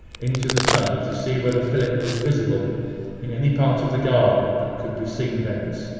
into the study, to see whether philip was visible in any part of the garden that could be seen thence.